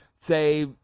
say